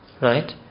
Right